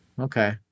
Okay